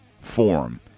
forum